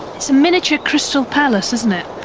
it's a miniature crystal palace isn't it?